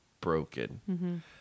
broken